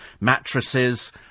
mattresses